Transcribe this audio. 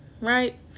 right